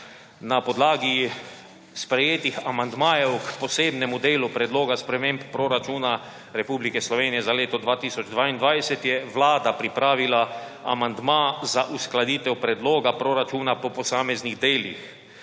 Na podlagi sprejetih amandmajev k posebnemu delu Predloga sprememb proračuna Republike Slovenije za leto 2022 je vlada pripravila amandma za uskladitev predloga proračuna po posameznih delih.